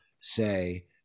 say